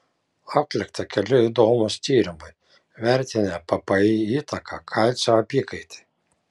atlikta keli įdomūs tyrimai vertinę ppi įtaką kalcio apykaitai